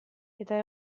eta